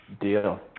Deal